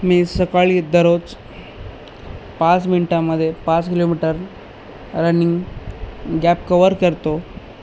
मी सकाळी दरोज पाच मिनटामध्ये पाच किलोमीटर रनिंग गॅप कवर करतो